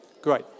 Great